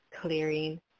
clearing